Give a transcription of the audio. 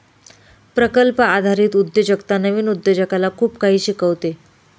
प्रकल्प आधारित उद्योजकता नवीन उद्योजकाला खूप काही शिकवते